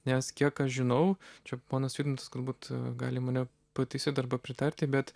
nes kiek aš žinau čia ponas vidmantas galbūt gali mane pataisyt arba pritarti bet